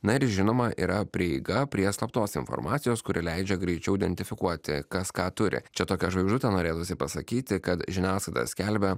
na ir žinoma yra prieiga prie slaptos informacijos kuri leidžia greičiau identifikuoti kas ką turi čia tokia žvaigždutė norėtųsi pasakyti kad žiniasklaida skelbia